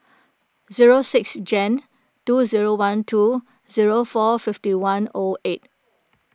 zero six Jan two zero one two zero four fifty one O eight